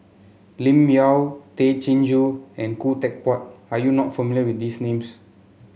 Lim Yau Tay Chin Joo and Khoo Teck Puat are you not familiar with these names